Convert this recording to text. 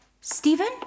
Stephen